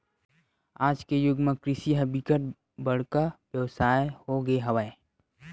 आज के जुग म कृषि ह बिकट बड़का बेवसाय हो गे हवय